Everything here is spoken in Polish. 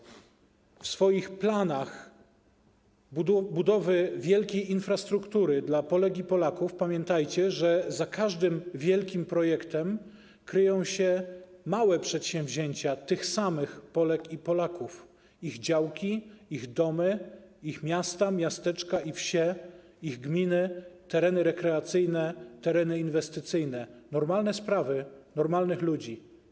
W odniesieniu do swoich planów budowy wielkiej infrastruktury dla Polek i Polaków pamiętajcie, że za każdym wielkim projektem kryją się małe przedsięwzięcia tych samych Polek i Polaków, ich działki, domy, miasta, miasteczka i wsie, gminy, tereny rekreacyjne, tereny inwestycyjne, normalne sprawy normalnych ludzi.